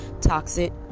toxic